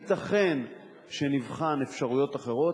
ייתכן שנבחן אפשרויות אחרות,